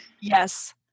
Yes